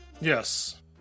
Yes